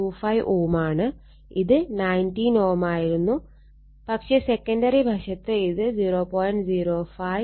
25 Ω ഇത് 19 Ω ആയിരുന്നു പക്ഷെ സെക്കണ്ടറി വശത്ത് ഇത് 0